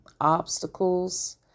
obstacles